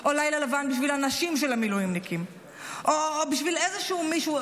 או לילה לבן בשביל הנשים של המילואימניקים או בשביל איזשהו מישהו,